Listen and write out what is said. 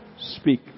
Speak